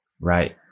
Right